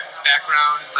background